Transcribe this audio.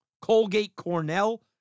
Colgate-Cornell